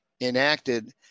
enacted